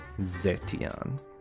Zetian